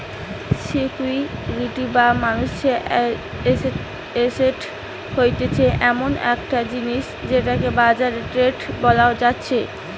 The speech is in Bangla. সিকিউরিটি বা মানুষের এসেট হতিছে এমন একটা জিনিস যেটাকে বাজারে ট্রেড করা যাতিছে